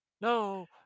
No